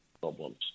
problems